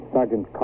Sergeant